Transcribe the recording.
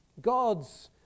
God's